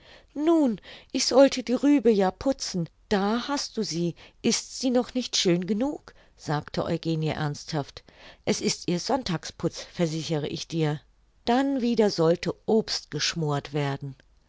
nun ich sollte die rübe ja putzen da hast du sie ist sie noch nicht schön genug sagte eugenie ernsthaft es ist ihr sonntagsputz versichere ich dir dann wieder sollte obst geschmort werden